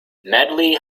medley